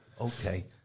Okay